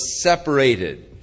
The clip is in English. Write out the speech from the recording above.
separated